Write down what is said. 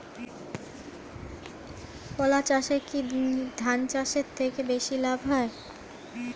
কলা চাষে কী ধান চাষের থেকে বেশী লাভ হয়?